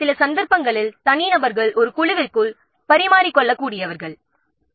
சில நேரங்களில் தனிநபர்கள் ஒரு குழுவிற்குள் பரிமாறி கொள்ளக் கூடியவர்களாக இருப்பர்